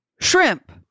shrimp